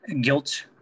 guilt